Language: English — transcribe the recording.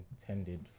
intended